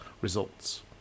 results